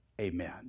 amen